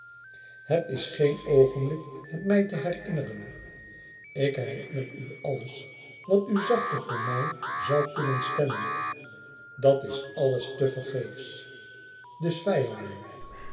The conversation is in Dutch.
het is geen oogenblik het mij te herinneren ik herinner u alles wat u zachter voor mij zoû kunnen stemmen dat is alles te vergeefs dus vijanden